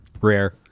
rare